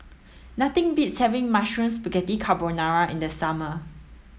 nothing beats having Mushroom Spaghetti Carbonara in the summer